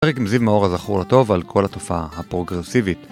זיו מאור הזכור לטוב על כל התופעה הפרוגרסיבית